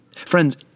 Friends